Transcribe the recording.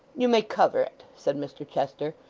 you may cover it said mr chester,